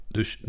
Dus